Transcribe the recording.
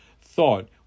thought